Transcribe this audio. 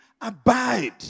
abide